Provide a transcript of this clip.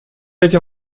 этим